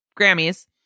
Grammys